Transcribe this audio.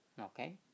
Okay